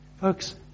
Folks